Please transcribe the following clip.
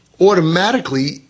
Automatically